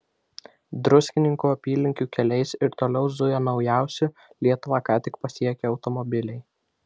druskininkų apylinkių keliais ir toliau zuja naujausi lietuvą ką tik pasiekę automobiliai